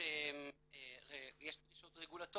יש דרישות רגולטוריות.